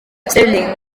sterling